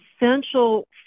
essential